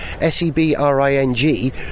S-E-B-R-I-N-G